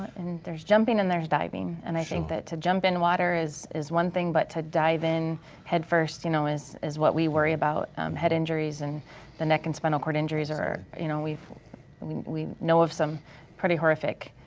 and there's jumping and there's diving and i think that to jump in water is is one thing, but to dive in head first you know is is what we worry about head injuries and the neck and spinal cord injuries. you know i mean we know of some pretty horrific